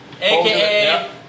aka